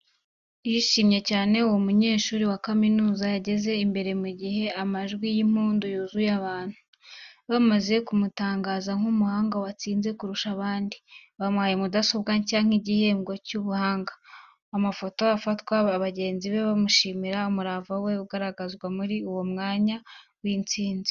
Yishimye cyane, uwo munyeshuri wa kaminuza yegeze imbere mu gihe amajwi y’impundu yuzuye abantu. Bamaze kumutangaza nk’umuhanga watsinze kurusha abandi. Bamuhaye mudasobwa nshya nk’igihembo cy’ubuhanga. Amafoto afatwa, bagenzi be bamushimira, umurava we ugaragazwa muri uwo mwanya w’intsinzi.